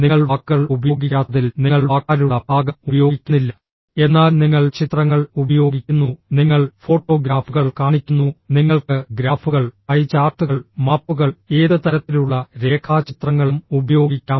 നിങ്ങൾ വാക്കുകൾ ഉപയോഗിക്കാത്തതിൽ നിങ്ങൾ വാക്കാലുള്ള ഭാഗം ഉപയോഗിക്കുന്നില്ല എന്നാൽ നിങ്ങൾ ചിത്രങ്ങൾ ഉപയോഗിക്കുന്നു നിങ്ങൾ ഫോട്ടോഗ്രാഫുകൾ കാണിക്കുന്നു നിങ്ങൾക്ക് ഗ്രാഫുകൾ പൈ ചാർട്ടുകൾ മാപ്പുകൾ ഏത് തരത്തിലുള്ള രേഖാചിത്രങ്ങളും ഉപയോഗിക്കാം